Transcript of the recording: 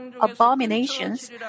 abominations